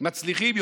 מצליחים,